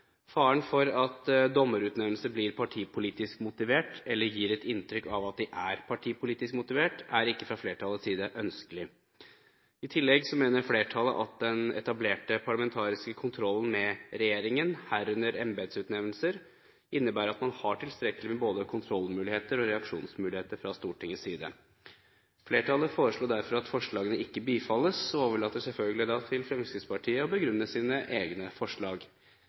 Faren for at dommerutnevnelser blir partipolitisk motivert eller gir et inntrykk av at de er partipolitisk motivert, er ikke fra flertallets side ønskelig. I tillegg mener flertallet at den etablerte parlamentariske kontrollen med regjeringen, herunder embetsutnevnelser, innebærer at man har tilstrekkelig med både kontrollmuligheter og reaksjonsmuligheter fra Stortingets side. Flertallet foreslår derfor at forslagene ikke bifalles, og overlater selvfølgelig til Fremskrittspartiet å begrunne sine egne forslag.